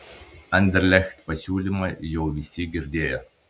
anderlecht pasiūlymą jau visi girdėjo